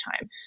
time